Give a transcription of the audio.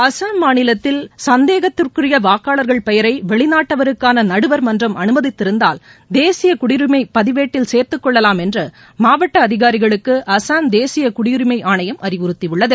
அஸ்ஸாம் மாநிலத்தில் சந்தேகத்திற்குரிய வாக்காளர்கள் பெயரை வெளிநாட்டவருக்கான நடுவர்மன்றம் அனுமதித்திருந்தால் தேசிப குடியுரிமை பதிவேட்டில் சேர்துக் கொள்ளலாம் என்று மாவட்ட அதிகாரிகளுக்கு அஸ்ஸாம் தேசிய குடியுரிமை ஆணையம் அறிவுறுத்தியுள்ளது